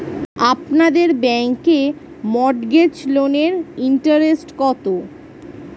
আপনাদের ব্যাংকে মর্টগেজ লোনের ইন্টারেস্ট কত?